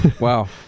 Wow